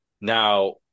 Now